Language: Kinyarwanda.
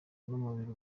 n’umubiri